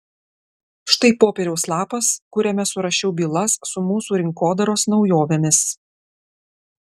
štai popieriaus lapas kuriame surašiau bylas su mūsų rinkodaros naujovėmis